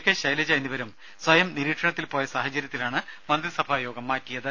K Shailaja എന്നിവരും സ്വയം നിരീക്ഷണത്തിൽ പോയ സാഹചര്യത്തിലാണ് മന്ത്രിസഭാ യോഗം മാറ്റിയത്